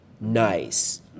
Nice